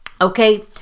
okay